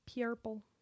Purple